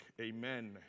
Amen